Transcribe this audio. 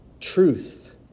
truth